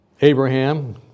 Abraham